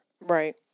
Right